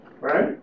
Right